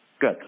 Good